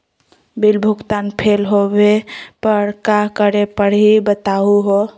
Bill भुगतान fail होवे पर का करै परही, बताहु हो?